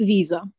Visa